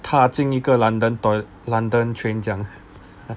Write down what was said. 踏进一个 london toi~ london train 这样